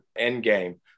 Endgame